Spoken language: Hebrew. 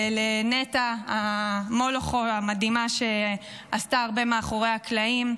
לנטע מולכו המדהימה, שעשתה הרבה מאחורי הקלעים,